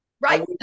right